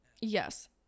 Yes